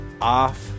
off